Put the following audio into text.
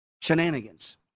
Shenanigans